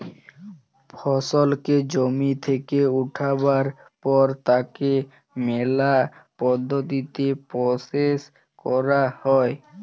ফসলকে জমি থেক্যে উঠাবার পর তাকে ম্যালা পদ্ধতিতে প্রসেস ক্যরা হ্যয়